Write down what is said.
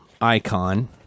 icon